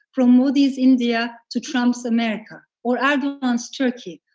from modi's india to trump's america or erdogan's turkey.